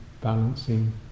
balancing